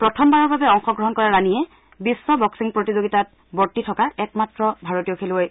প্ৰথমবাৰৰ বাবে অংশগ্ৰহণ কৰা ৰাণীয়ে বিধ্ব বক্সিং প্ৰতিযোগিতাত বৰ্তি থকা একমাত্ৰ খেলুৱৈ